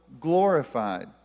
glorified